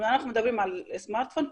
אנחנו מדברים על סמרטפון,